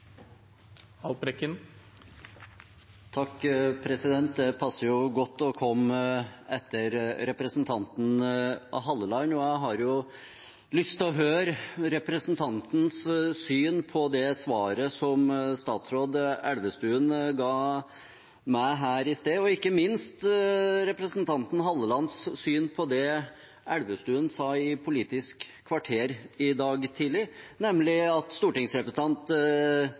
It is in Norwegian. Halleland, og jeg har jo lyst til å høre representantens syn på det svaret som statsråd Elvestuen ga meg her i sted – og ikke minst representanten Hallelands syn på det statsråd Elvestuen sa i Politisk kvarter i dag tidlig, nemlig at stortingsrepresentant